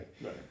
right